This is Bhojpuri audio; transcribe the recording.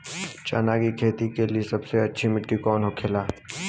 चना की खेती के लिए सबसे अच्छी मिट्टी कौन होखे ला?